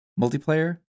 multiplayer